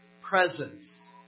presence